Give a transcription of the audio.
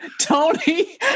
Tony